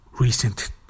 recent